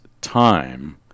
time